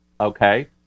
okay